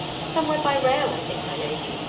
somewhere by rail, i think, my lady.